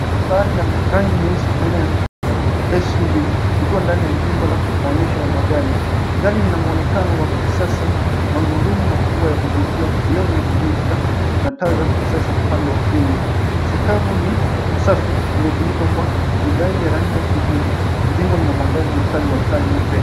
Gari la rangi nyeusi aina ya SUV, ilikuwa ndani ya jumba la maonyesho ya magari. Gari lina muonekano wa kisasa, mangurudumu makubwa ya kuvutia, vioo vya giza na taa za kisasa upande wa nyuma. Sakafu ni safi, limefunikwa kwa vigae vya rangi ya kijivu. Jengo lina mwangaza mkali wa taa nyeupe.